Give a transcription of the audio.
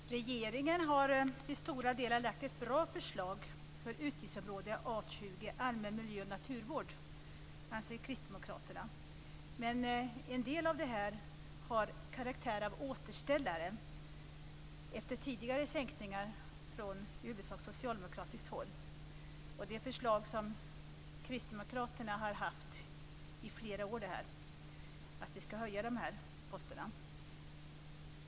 Herr talman! Regeringen har till stora delar lagt fram ett bra förslag för utgiftsområde A 20 Allmän miljö och naturvård, anser Kristdemokraterna. En del av förslagen har karaktären av återställare efter tidigare sänkningar från i huvudsak socialdemokratiskt håll. Kristdemokraterna har i flera år haft förslag på att man skall höja posterna.